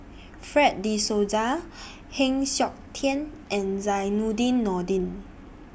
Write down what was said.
Fred De Souza Heng Siok Tian and Zainudin Nordin